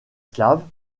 slave